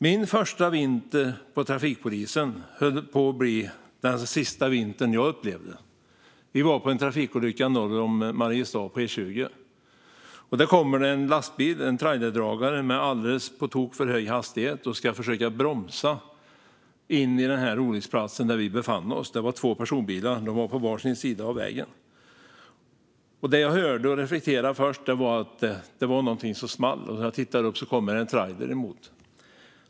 Min första vinter hos trafikpolisen höll på att bli den sista vinter som jag fick uppleva. Vi var på en trafikolycksplats norr om Mariestad, på E20. Det kom en lastbil, en trailerdragare, i på tok för hög hastighet som försökte bromsa in vid den olycksplats där vi befann oss. Det var två personbilar som var på var sin sida av vägen. Det jag hörde först var någonting som smällde. När jag tittade upp såg jag en trailer som kom.